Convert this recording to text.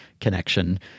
connection